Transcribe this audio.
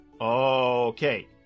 Okay